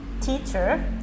teacher